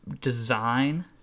design